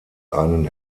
einen